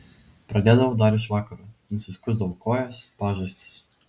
pradėdavau dar iš vakaro nusiskusdavau kojas pažastis